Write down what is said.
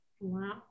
Wow